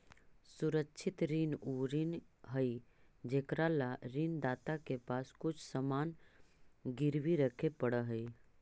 सुरक्षित ऋण उ ऋण हइ जेकरा ला ऋण दाता के पास कुछ सामान गिरवी रखे पड़ऽ हइ